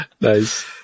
Nice